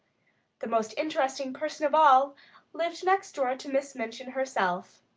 the most interesting person of all lived next door to miss minchin herself.